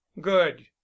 good